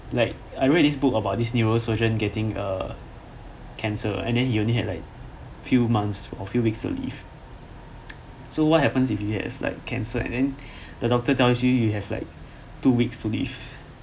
like I read this book about this neuro surgeon getting a cancer and then he only had like few months or few weeks to live so what happen if you have like cancer and then the doctor tells you you have like two weeks to live